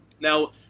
Now